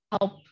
help